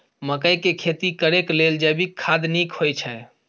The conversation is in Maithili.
मकई के खेती करेक लेल जैविक खाद नीक होयछै?